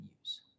use